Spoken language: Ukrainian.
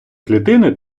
клітини